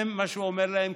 זה מה שהוא אומר להם,